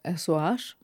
esu aš